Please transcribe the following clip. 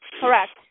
correct